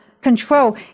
control